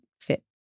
fit